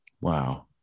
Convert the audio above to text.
Wow